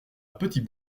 petit